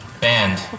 band